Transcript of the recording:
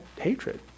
hatred